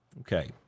okay